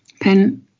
pen